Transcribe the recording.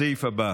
הסעיף הבא,